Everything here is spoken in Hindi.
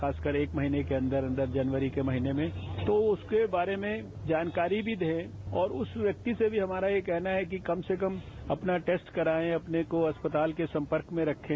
खासकर एक महीने के अंदर अंदर जनवरी के महीने में तो उसके बारे में जानकारी भी दे और उस व्यक्ति से भी हमारा ये कहना है कि कम से कम अपना टेस्ट कराएं अपने को अस्पताल के संपर्क में रखे